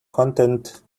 content